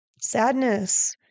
sadness